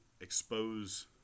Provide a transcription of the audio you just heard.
expose